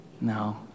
No